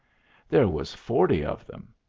there was forty of them,